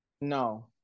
No